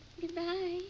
Goodbye